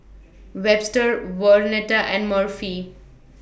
Webster Vernetta and Murphy